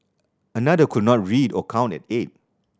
another could not read or count at eight